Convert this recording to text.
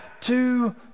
two